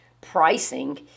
pricing